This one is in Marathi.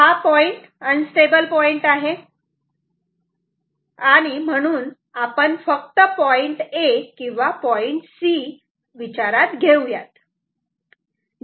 तर हा अनस्टेबल पॉईंट आहे तेव्हा आपण फक्त पॉईंट A किंवा पॉईंट C विचारात घेऊयात